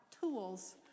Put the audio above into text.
tools